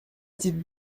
dites